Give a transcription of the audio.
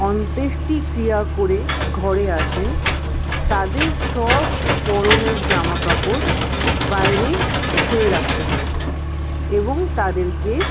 অন্ত্যেষ্টিক্রিয়া করে ঘরে আসেন তাদের সব পরনের জামাকাপড় বাইরেই ছেড়ে রাখতে হয় এবং তাদেরকে